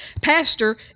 Pastor